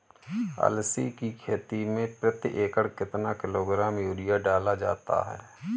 अलसी की खेती में प्रति एकड़ कितना किलोग्राम यूरिया डाला जाता है?